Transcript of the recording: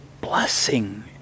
blessing